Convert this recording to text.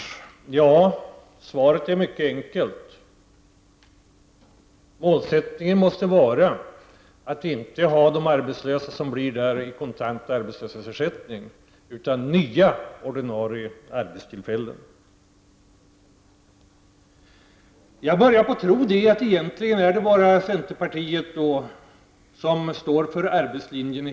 Svaret på den punkten är mycket enkelt: Målsättningen måste vara att problemen för dem som där blir arbetslösa inte klaras genom kontant arbetslöshetsersättning utan genom nya ordinarie arbetstillfällen. Jag börjar tro att det egentligen bara är centerpartiet här i landet som står för arbetslinjen.